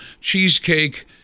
cheesecake